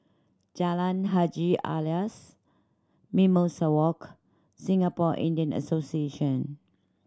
Jalan Haji Alias Mimosa Walk Singapore Indian Association